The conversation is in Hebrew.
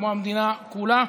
כמו המדינה כולה.